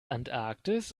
antarktis